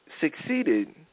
succeeded